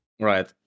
Right